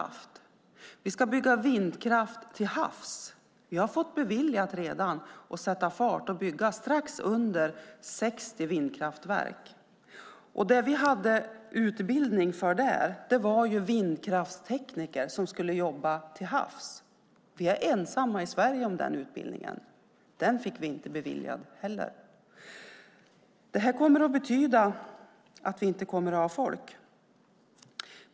Vi ska bygga vindkraft till havs. Vi har redan fått beviljat att sätta fart och bygga strax under 60 vindkraftverk. Vi hade där utbildning för vindkraftstekniker som skulle jobba till havs. Vi är ensamma i Sverige om den utbildningen. Inte heller den fick vi beviljad. Det kommer att betyda att vi inte kommer att ha folk.